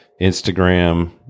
Instagram